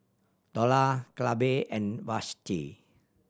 Dorla Clabe and Vashti